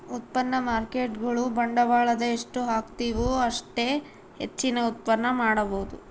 ಉತ್ಪನ್ನ ಮಾರ್ಕೇಟ್ಗುಳು ಬಂಡವಾಳದ ಎಷ್ಟು ಹಾಕ್ತಿವು ಅಷ್ಟೇ ಹೆಚ್ಚಿನ ಉತ್ಪನ್ನ ಮಾಡಬೊದು